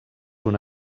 una